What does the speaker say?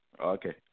Okay